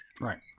Right